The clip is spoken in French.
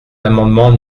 l’amendement